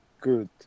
good